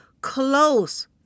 close